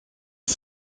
est